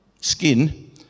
skin